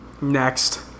Next